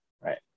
Right